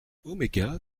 oméga